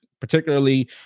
particularly